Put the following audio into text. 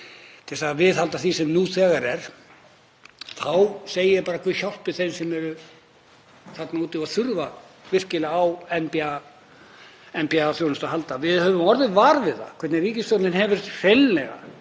til að viðhalda því sem nú þegar er, þá segi ég bara: Guð hjálpi þeim sem eru þarna úti og þurfa virkilega á NPA-þjónustu að halda. Við höfum orðið vör við það hvernig ríkisstjórnin hefur hreinlega